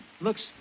Looks